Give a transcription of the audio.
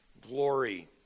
glory